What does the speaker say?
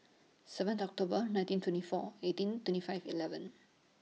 seventh October nineteen twenty four eighteen twenty five eleven